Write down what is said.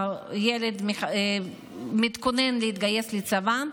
והילד מתכונן להתגייס לצבא.